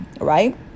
right